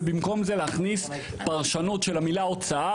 ובמקום זה להכניס פרשנות של המילה הוצאה